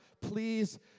please